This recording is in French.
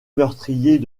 meurtriers